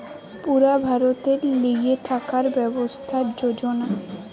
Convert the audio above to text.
পুরা ভারতের লিগে থাকার ব্যবস্থার যোজনা